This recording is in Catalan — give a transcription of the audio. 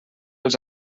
els